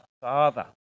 Father